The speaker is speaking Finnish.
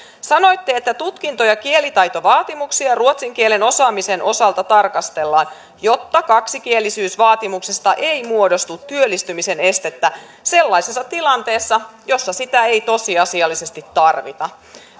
sanoitte että tutkinto ja kielitaitovaatimuksia ruotsin kielen osaamisen osalta tarkastellaan jotta kaksikielisyysvaatimuksesta ei muodostu työllistymisen estettä sellaisessa tilanteessa jossa sitä ei tosiasiallisesti tarvita